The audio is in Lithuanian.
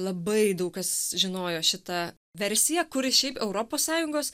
labai daug kas žinojo šitą versiją kuri šiaip europos sąjungos